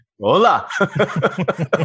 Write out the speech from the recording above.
Hola